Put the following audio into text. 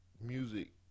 music